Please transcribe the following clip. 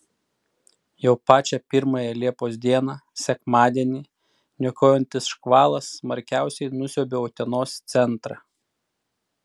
jau pačią pirmąją liepos dieną sekmadienį niokojantis škvalas smarkiausiai nusiaubė utenos centrą